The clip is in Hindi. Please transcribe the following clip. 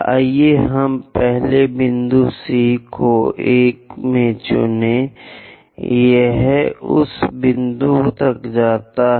आइए हम पहले बिंदु C को 1 में चुनें यह उस बिंदु तक जाता है